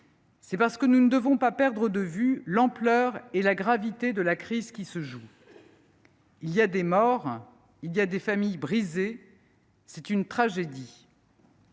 c’est parce que nous ne devons pas perdre de vue l’ampleur et la gravité de la crise qui se joue. Il y a des morts. Il y a des familles brisées. C’est une tragédie.